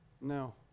No